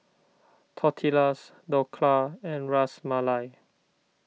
Tortillas Dhokla and Ras Malai